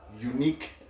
unique